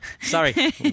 Sorry